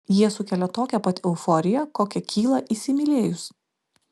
jie sukelia tokią pat euforiją kokia kyla įsimylėjus